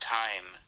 time